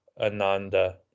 Ananda